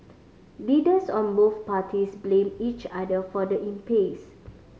leaders of both parties blamed each other for the impasse